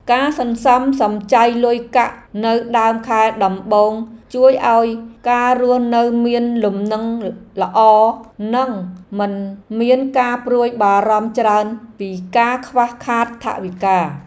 ការសន្សំសំចៃលុយកាក់នៅដើមខែដំបូងជួយឱ្យការរស់នៅមានលំនឹងល្អនិងមិនមានការព្រួយបារម្ភច្រើនពីការខ្វះខាតថវិកា។